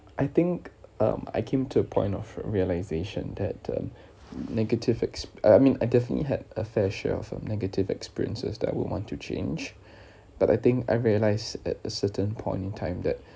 I think um I came to a point of realisation that um negative exp~ uh I mean I definitely had a fair share of uh negative experiences that I would want to change but I think I realise at a certain point in time that